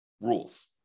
rules